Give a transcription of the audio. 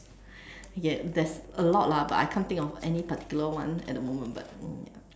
I get there's a lot lah but I can't think of any particular one at the moment but ya